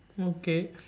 okay